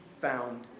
found